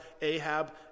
Ahab